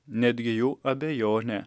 netgi jų abejonę